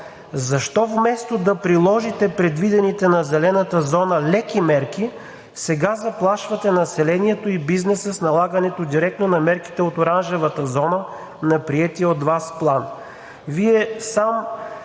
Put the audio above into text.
Защо вместо да приложите предвидените на зелената зона леки мерки сега заплашвате населението и бизнеса с налагането директно на мерките от оранжевата зона на приетия от Вас План?